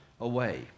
away